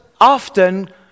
often